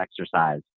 exercise